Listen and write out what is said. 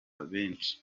benshi